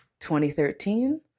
2013